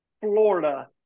Florida